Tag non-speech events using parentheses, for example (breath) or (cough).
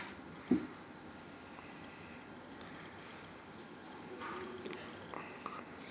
(breath)